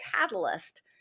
catalyst